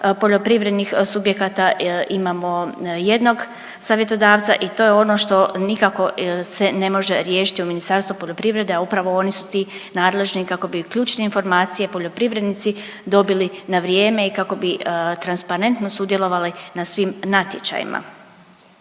poljoprivrednih subjekata, imamo jednog savjetodavca i to je ono što nikako se ne može riješiti u Ministarstvu poljoprivrede, a upravo oni su ti nadležni kako bi ključne informacije poljoprivrednici dobili na vrijeme i kako bi transparentno sudjelovali na svim natječajima.